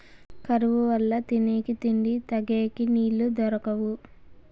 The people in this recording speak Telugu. కరువు వల్ల తినేకి తిండి, తగేకి నీళ్ళు దొరకవు